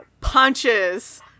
punches